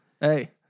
Hey